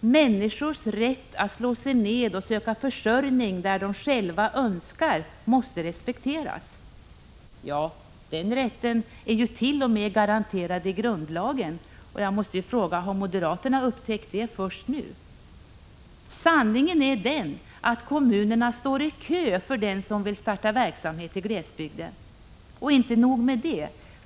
”Människors rätt att slå sig ned och söka försörjning där de själva önskar måste respekteras.” Ja, den rätten ärt.o.m. garanterad i grundlagen. Har moderaterna upptäckt det först nu? Sanningen är den att kommunerna står i kö för den som vill starta verksamhet i glesbygden. Och inte nog med det.